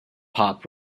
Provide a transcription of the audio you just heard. pop